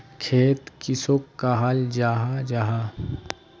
खेत किसोक कहाल जाहा जाहा?